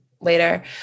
later